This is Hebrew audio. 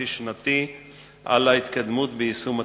חצי-שנתי על ההתקדמות ביישום התוכנית,